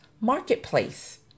marketplace